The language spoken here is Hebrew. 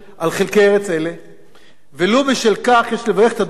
ולו בשל כך יש לברך על הדוח המקצועי של הוועדה בראשות שופט